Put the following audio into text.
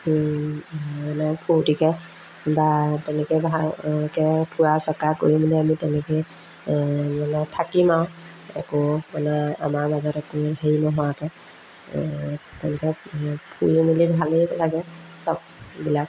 মানে ফুৰ্তিকৈ বা তেনেকৈ ভালকৈ ফুৰা চকা কৰি মেলি আমি তেনেকৈ মানে থাকিম আৰু একো মানে আমাৰ মাজত একো হেৰি নোহোৱাকৈ তেনেকৈ ফুৰি মেলি ভালেই লাগে চব এইবিলাক